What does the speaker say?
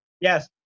Yes